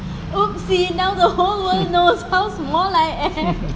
oopsie now the whole world knows how small I am